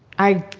i